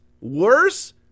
Worse